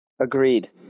Agreed